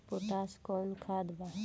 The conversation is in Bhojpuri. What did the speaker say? पोटाश कोउन खाद बा?